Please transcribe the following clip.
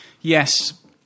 Yes